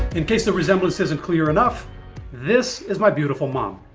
in case the resemblance isn't clear enough this is my beautiful mom.